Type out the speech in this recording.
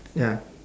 ya